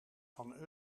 van